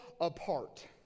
apart